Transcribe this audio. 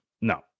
No